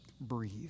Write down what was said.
breathe